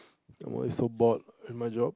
somemore it's so bored my job